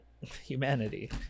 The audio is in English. Humanity